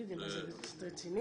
זה רציני?